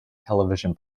television